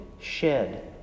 shed